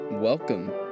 Welcome